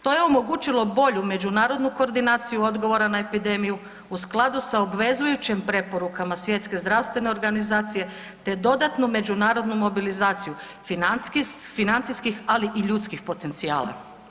To je omogućilo bolju međunarodnu koordinaciju odgovora na epidemiju u skladu sa obvezujućim preporukama Svjetske zdravstvene organizacije, te dodatnu međunarodnu mobilizaciju financijskih ali i ljudskih potencijala.